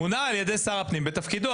מונה על ידי שר הפנים בתפקידו.